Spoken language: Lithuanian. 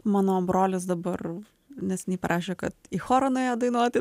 mano brolis dabar neseniai parašė kad į chorą nuėjo dainuoti